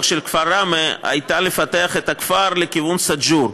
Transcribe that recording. כפר ראמה הייתה לפתח את הכפר לכיוון סאג'ור,